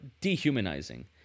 dehumanizing